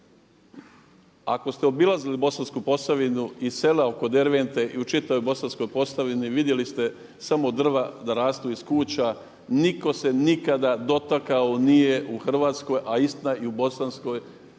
Ako ste obilazili Bosansku Posavinu i sela oko Dervente i u čitavoj Bosanskoj Posavini vidjeli ste samo drva da rastu iz kuća. Niko se nikada dotakao nije u hrvatskoj, a istina i u bosanskoj